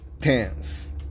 tense